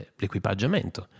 l'equipaggiamento